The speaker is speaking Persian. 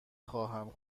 خواهم